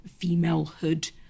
femalehood